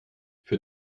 für